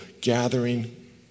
gathering